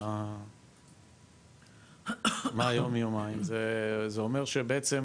זה אומר שבעצם,